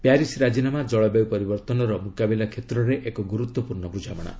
Paris ରାଜିନାମା ଜଳବାୟୁ ପରିବର୍ତ୍ତନର ମୁକାବିଲା କ୍ଷେତ୍ରରେ ଏକ ଗୁରୁତ୍ୱପୂର୍ଣ୍ଣ ବୁଝାମଣା